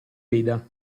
veda